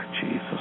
Jesus